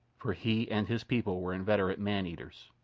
for he and his people were inveterate maneaters.